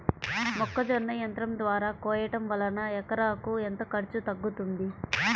మొక్కజొన్న యంత్రం ద్వారా కోయటం వలన ఎకరాకు ఎంత ఖర్చు తగ్గుతుంది?